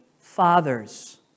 fathers